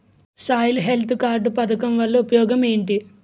Soil health card పథకం వల్ల ఉపయోగం ఏంటి?